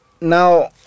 now